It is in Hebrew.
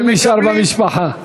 הכול נשאר במשפחה.